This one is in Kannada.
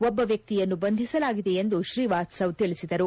ಒಬ್ಬ ವ್ಯಕ್ತಿಯನ್ನು ಬಂಧಿಸಲಾಗಿದೆ ಎಂದು ಶ್ರೀವಾತ್ಲವ್ ತಿಳಿಸಿದರು